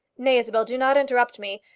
nay, isabel, do not interrupt me.